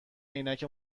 عینک